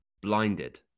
Blinded